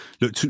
look